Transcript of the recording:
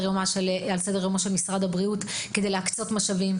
יומו של משרד הבריאות בהקצאת המשאבים.